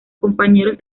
compañeros